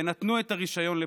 ונתנו את הרישיון לפוריה.